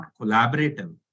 collaborative